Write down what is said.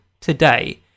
today